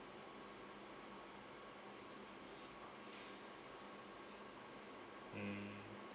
mm